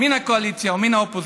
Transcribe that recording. מן הקואליציה ומן האופוזיציה,